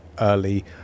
early